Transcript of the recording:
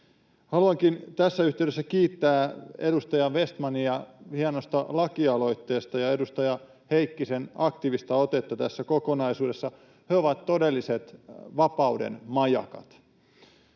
Haluankin tässä yhteydessä kiittää edustaja Vestmania hienosta lakialoitteesta ja edustaja Heikkisen aktiivista otetta tässä kokonaisuudessa. He ovat todelliset vapauden majakat.